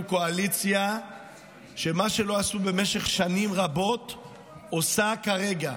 אתה יכול להמשיך לדבר גם מעבר לזמן.